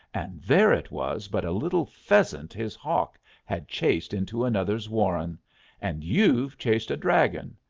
and there it was but a little pheasant his hawk had chased into another's warren and you've chased a dragon,